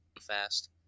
fast